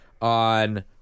on